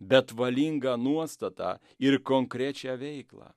bet valingą nuostatą ir konkrečią veiklą